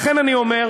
לכן אני אומר,